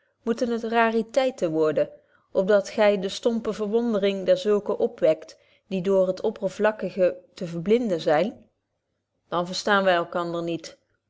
moeten het rariteiten worden op dat gy de stombetje wolff proeve over de opvoeding pe verwondering der zulken opwekt die door het oppervlakkige te verblinden zyn dan verstaan wy elkander niet